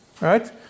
Right